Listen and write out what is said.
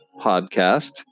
podcast